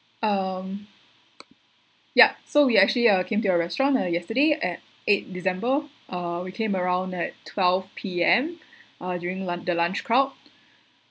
um yup so we actually uh came to your restaurant uh yesterday at eight december uh we came around at twelve P_M uh during lun~ the lunch crowd